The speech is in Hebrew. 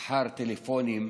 אחר טלפונים,